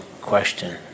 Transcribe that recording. question